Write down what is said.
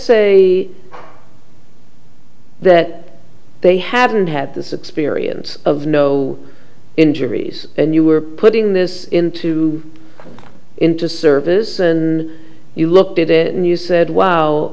say that they haven't had this experience of no injuries and you were putting this into into service in you looked at it and you said w